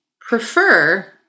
prefer